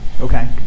Okay